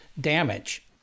damage